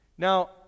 Now